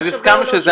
אז הסכמנו.